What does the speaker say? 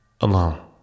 alone